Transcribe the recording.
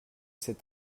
cet